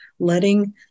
Letting